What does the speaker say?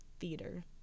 theater